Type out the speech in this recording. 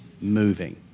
moving